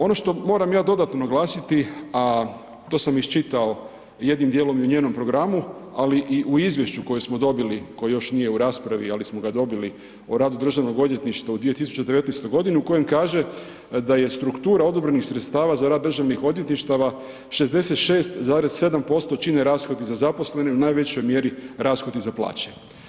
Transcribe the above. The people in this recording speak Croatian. Ono što moram ja dodatno naglasiti a to sam iščitao jednim djelom i u njenom programu ali i u izvješću koje smo dobili koje još nije u raspravi, ali smo ga dobili o radu Državnog odvjetništva u 2019. g., u kojem kaže da je struktura odobrenih sredstava za rad državnih odvjetništava 66,7% čine rashodi za zaposlene, u najvećoj mjeri rashodi za plaće.